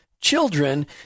children